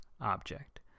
object